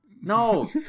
No